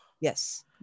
yes